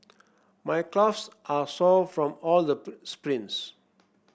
my calves are sore from all the sprints